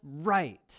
right